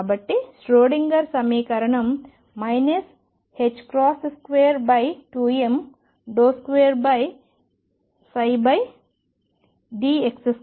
కాబట్టి స్క్రోడింగర్ సమీకరణం 22md2dx2VψEψ x